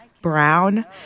brown